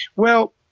well,